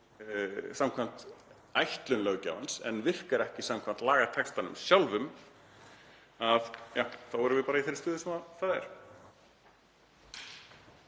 samkvæmt ætlun löggjafans en virkar ekki samkvæmt lagatextanum sjálfum — ja, þá erum við bara í þeirri stöðu sem sem